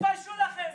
תתביישו לכם.